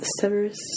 Severus